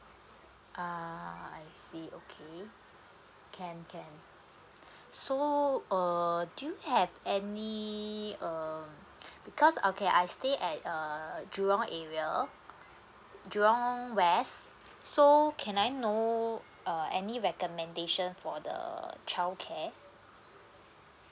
uh I see okay can can so uh do you have any um because okay I stay at uh jurong area jurong west so can I know uh any recommendation for the childcare